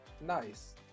nice